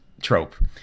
trope